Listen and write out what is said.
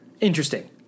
interesting